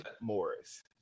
Morris